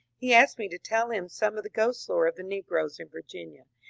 he ashed me to tell him some of the ghost-lore of the negroes in vir ginia,